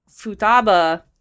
Futaba